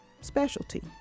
specialty